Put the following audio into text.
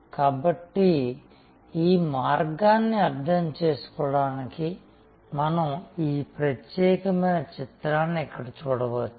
కాబట్టి ఈ మార్గాన్ని అర్థం చేసుకోవడానికి మనం ఈ ప్రత్యేకమైన చిత్రాన్ని ఇక్కడ చూడవచ్చు